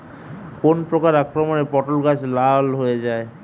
কোন প্রকার আক্রমণে পটল গাছ লাল হয়ে যায়?